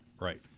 Right